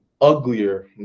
uglier